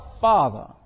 Father